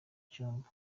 cyumba